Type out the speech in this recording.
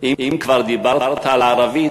אם כבר דיברת על הערבית,